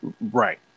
Right